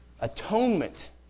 atonement